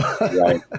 Right